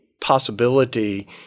possibility